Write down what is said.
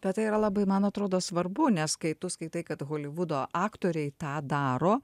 bet tai yra labai man atrodo svarbu nes kai tu skaitai kad holivudo aktoriai tą daro